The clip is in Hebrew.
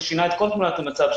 ששינה את כל תמונת המצב,